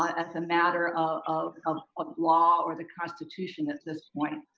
ah as a matter of of ah law, or the constitution at this point.